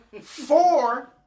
four